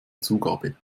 zugabe